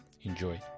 enjoy